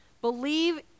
Believe